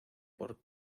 por